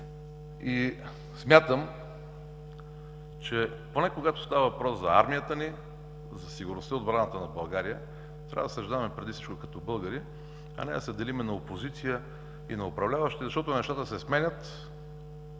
Смятам, че когато става въпрос за армията ни, за сигурността и отбраната на България, трябва да разсъждаваме като българи, а не да се делим на опозиция и на управляващи, защото нещата се сменят,